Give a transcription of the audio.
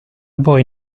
voi